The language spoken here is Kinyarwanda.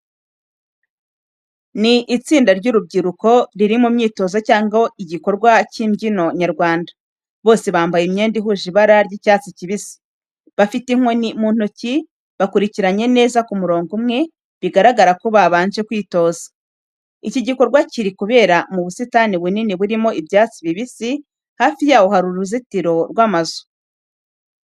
Ni itsinda ry’urubyiruko riri mu myitozo cyangwa igikorwa cy’imbyino nyarwanda. Bose bambaye imyenda ihuje ibara ry’icyatsi kibisi. Bafite inkoni mu ntoki, bakurikiranye neza ku murongo umwe, bigaragara ko babanje kwitoza. Iki gikorwa kiri kubera mu busitani bunini burimo ibyatsi bibisi, hafi y'aho hari uruzitiro n’amazu.